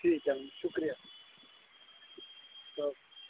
ठीक ऐ शुक्रिया ओके